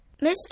Mr